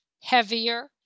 heavier